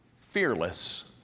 fearless